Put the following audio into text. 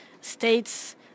states